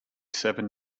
seven